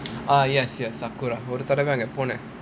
ah yes yes sakura ஒரு தடவ அங்க போனேன்:oru thadava anga ponaen